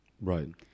Right